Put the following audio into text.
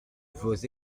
vos